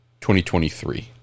2023